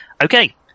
Okay